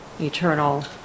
eternal